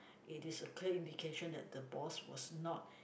it is a clear indication that the boss was not